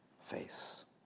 face